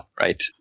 right